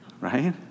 right